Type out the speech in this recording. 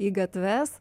į gatves